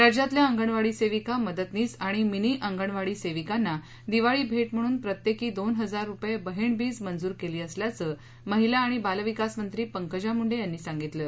राज्यातल्या अंगणवाडी सेविका मदतनीस आणि मिनी अंगणवाडी सेविकांना दिवाळी भेट म्हणून प्रत्येकी दोन हजार रुपये बहीण बीज मंजूर केली असल्याचं महिला आणि बाल विकास मंत्री पंकजा मुंडे यांनी सांगितलं आहे